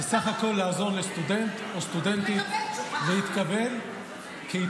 זה בסך הכול לעזור לסטודנט או סטודנטית להתקבל להתמחות,